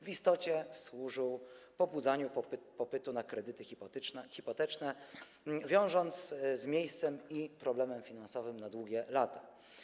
W istocie służył pobudzaniu popytu na kredyty hipoteczne, wiążąc z miejscem i problemem finansowym na długie lata.